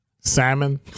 Salmon